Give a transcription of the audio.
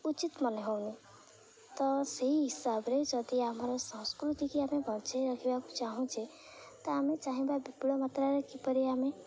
ଉଚିତ ମନେ ହଉନି ତ ସେହି ହିସାବରେ ଯଦି ଆମର ସଂସ୍କୃତି କି ଆମେ ବଞ୍ଚାଇ ରଖିବାକୁ ଚାହୁଁଛେ ତ ଆମେ ଚାହିଁବା ବିପୁଳ ମାତ୍ରାରେ କିପରି ଆମେ